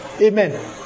Amen